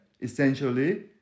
essentially